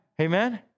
Amen